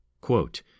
Quote